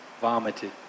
vomited